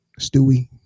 Stewie